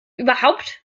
überhaupt